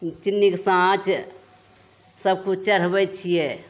चिन्नीके साँच सबकिछु चढ़बै छियै